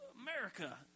America